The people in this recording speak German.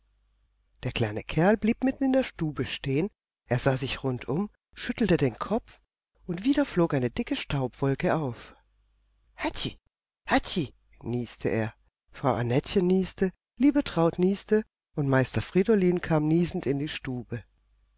der kleine kerl blieb mitten in der stube stehen er sah sich rund um schüttelte den kopf und wieder flog eine dichte staubwolke auf hatzi hatzi nieste er frau annettchen nieste liebetraut nieste und meister friedolin kam niesend in die stube